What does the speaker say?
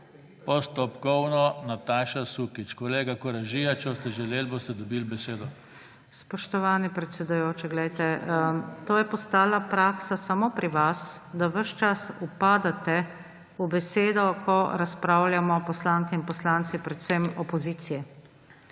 Postopkovno Nataša Sukič. Kolega Koražija, če boste želeli, boste dobili besedo. NATAŠA SUKIČ (PS Levica): Spoštovani predsedujoči, to je postala praksa samo pri vas, da ves čas upadate v besedo, ko razpravljamo poslanke in poslanci predvsem opozicije.